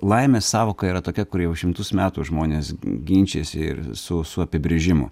laimės sąvoka yra tokia kuri jau šimtus metų žmonės ginčijasi ir su su apibrėžimu